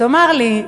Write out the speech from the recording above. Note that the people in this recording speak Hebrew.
תאמר לי,